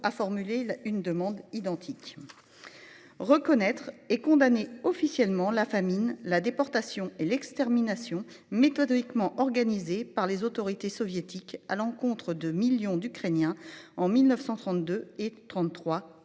a formulé une demande identique. Reconnaître et condamner officiellement la famine la déportation et l'extermination méthodiquement organisé par les autorités soviétiques à l'encontre de millions d'Ukrainiens en 1932 et 33